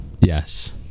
Yes